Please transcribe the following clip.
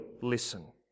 listen